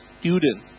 student